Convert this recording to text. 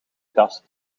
kast